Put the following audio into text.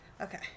Okay